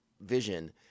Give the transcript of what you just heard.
vision